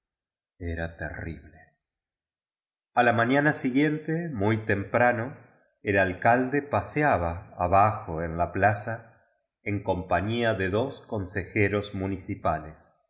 era terrible a la mañana siguiente muy temprano el alcal de paseaba abajo en la plaza en compañía de dos consejeros municipales